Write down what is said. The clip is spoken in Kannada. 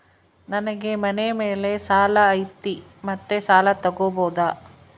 ನನಗೆ ಮನೆ ಮೇಲೆ ಸಾಲ ಐತಿ ಮತ್ತೆ ಸಾಲ ತಗಬೋದ?